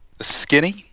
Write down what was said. skinny